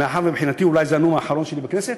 מאחר שמבחינתי אולי זה הנאום האחרון שלי בכנסת,